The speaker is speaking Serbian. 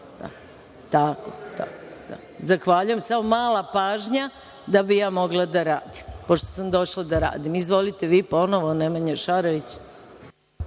sam – da!)Zahvaljujem. Samo mala pažnja, da bih ja mogla da radim, pošto sam došla da radim. Izvolite, reč ima ponovo Nemanja Šarović.